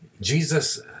Jesus